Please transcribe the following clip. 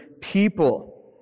people